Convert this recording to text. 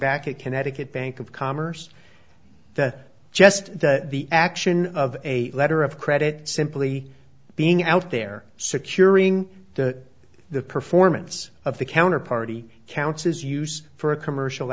back at connecticut bank of commerce that just that the action of a letter of credit simply being out there securing the the performance of the counter party counts as use for a commercial